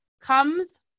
comes